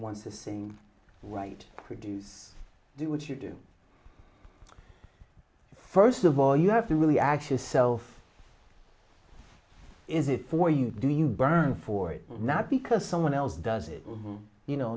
wants to sing write produce do what you do first of all you have to really actually self is it for you do you burn for it or not because someone else does it or you know